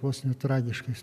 vos ne tragiškais